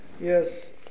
yes